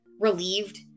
relieved